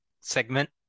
segment